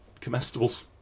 comestibles